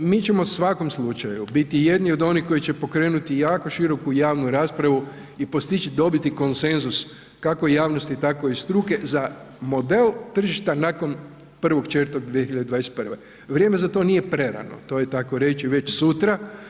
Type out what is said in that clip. Mi ćemo u svakom slučaju biti jedni od onih koji će pokrenuti jako široku javnu raspravu i postići dobiti konsenzus kako javnosti, tako i struke za model tržišta nakon 1.4.2021., vrijeme za to nije prerano, to je takoreći već sutra.